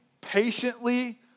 patiently